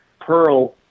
pearl